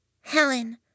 Helen